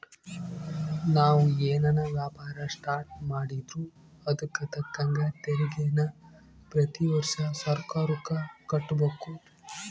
ನಾವು ಏನನ ವ್ಯಾಪಾರ ಸ್ಟಾರ್ಟ್ ಮಾಡಿದ್ರೂ ಅದುಕ್ ತಕ್ಕಂಗ ತೆರಿಗೇನ ಪ್ರತಿ ವರ್ಷ ಸರ್ಕಾರುಕ್ಕ ಕಟ್ಟುಬಕು